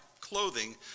clothing